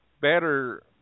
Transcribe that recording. better